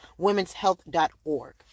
womenshealth.org